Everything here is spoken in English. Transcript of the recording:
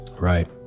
Right